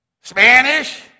Spanish